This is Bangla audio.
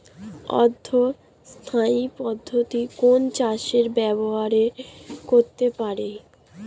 অর্ধ স্থায়ী পদ্ধতি কোন চাষে ব্যবহার করতে পারি?